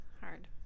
hard